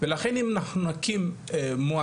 ולכן אם אנחנו נקים מועצה